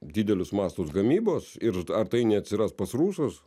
didelius mastus gamybos ir ar tai neatsiras pas rusus